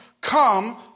Come